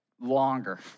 longer